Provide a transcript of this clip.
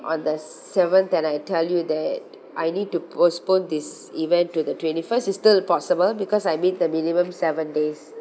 on the seventh and I tell you that I need to postpone this event to the twenty first it's still possible because I met the minimum seven days